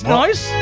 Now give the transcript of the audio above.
nice